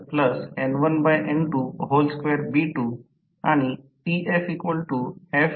उलट टोकांना दोन तांबेच्या शेवटच्या रिंगने जोडले जाते जेणेकरून सर्व बार एकत्र एकत्रित केले जातील